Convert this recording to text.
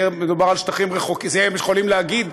על זה הם יכולים להגיד: